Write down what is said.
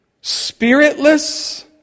spiritless